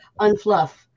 unfluff